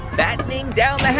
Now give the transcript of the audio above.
battening down like